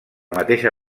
mateixa